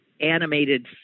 animated